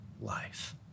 life